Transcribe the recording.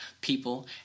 people